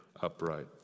upright